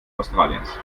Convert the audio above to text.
australiens